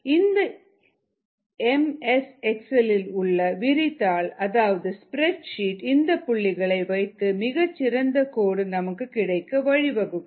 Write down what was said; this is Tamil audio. இந்த எம் எஸ் எக்ஸெல் இல் உள்ள விரி தாள் அதாவது ஸ்பிரட்ஷீட் இந்த புள்ளிகளை வைத்து மிகச்சிறந்த கோடு நமக்கு கிடைக்க வழிவகுக்கும்